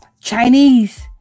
Chinese